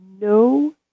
no